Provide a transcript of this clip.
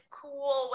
cool